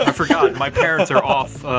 ah forgot. my parents are off. uhhh.